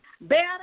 Better